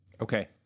okay